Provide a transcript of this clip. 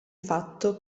fatto